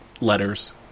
letters